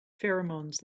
pheromones